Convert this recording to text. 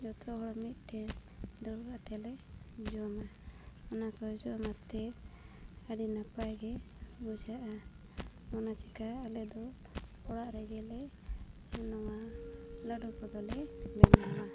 ᱡᱚᱛᱚ ᱦᱚᱲ ᱢᱤᱫᱴᱮᱱ ᱫᱩᱲᱩᱵ ᱠᱟᱛᱮᱫ ᱞᱮ ᱡᱚᱢᱟ ᱚᱱᱟ ᱠᱚ ᱡᱚᱢ ᱟᱛᱮ ᱟᱹᱰᱤ ᱱᱟᱯᱟᱭ ᱜᱮ ᱵᱩᱡᱷᱟᱹᱜᱼᱟ ᱚᱱᱟ ᱪᱮᱠᱟ ᱟᱞᱮ ᱫᱚ ᱚᱲᱟᱜ ᱨᱮᱜᱮ ᱞᱮ ᱱᱚᱣᱟ ᱞᱟᱹᱰᱩ ᱠᱚᱫᱚ ᱞᱮ ᱵᱮᱱᱟᱣᱟ